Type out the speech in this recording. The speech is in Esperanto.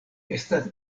estas